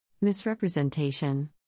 Misrepresentation